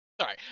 Sorry